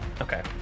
Okay